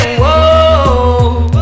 whoa